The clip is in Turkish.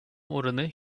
oranı